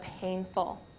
painful